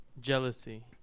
jealousy